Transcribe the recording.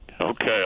Okay